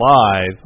live